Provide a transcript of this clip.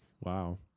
Wow